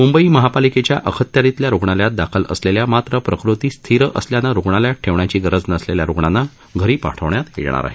मुंबई महापालिकेच्या अखत्यारितल्या रुग्णालयात दाखल असलेल्या मात्र प्रकृती स्थिर असल्यानं रुग्णालयात ठेवण्याची गरज नसलेल्या रुग्णांना घरी पाठवण्यात येणार आहे